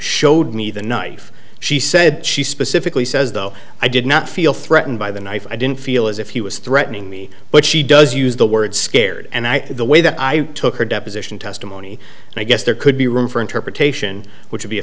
showed me the knife she said she specifically says though i did not feel threatened by the knife i didn't feel as if he was threatening me but she does use the word scared and the way that i took her deposition testimony and i guess there could be room for interpretation which would be a